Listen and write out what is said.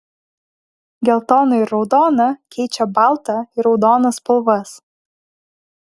geltona ir raudona keičia baltą ir raudoną spalvas